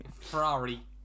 Ferrari